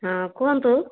ହଁ କୁହନ୍ତୁ